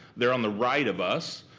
they're on the right of us.